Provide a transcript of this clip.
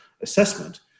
assessment